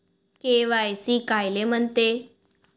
KYC कायले म्हनते?